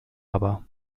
aber